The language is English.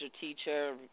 teacher